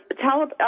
Tell